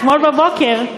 אתמול בבוקר,